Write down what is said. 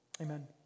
amen